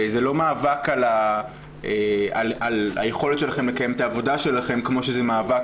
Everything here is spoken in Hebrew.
זה לא מאבק על היכולת שלכם לקיים את העבודה שלכם כמו שזה מאבק